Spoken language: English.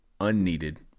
Unneeded